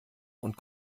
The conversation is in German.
und